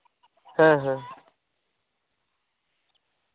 ᱦᱮᱸ ᱦᱮᱸ